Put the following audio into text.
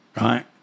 right